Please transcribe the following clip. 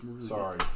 Sorry